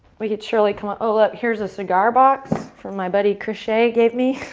we could surely come. ah oh, look! here's a cigar box from my buddy crishay gave me.